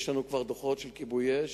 יש לנו כבר דוחות של כיבוי-אש